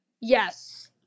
Yes